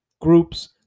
groups